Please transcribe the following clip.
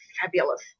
fabulous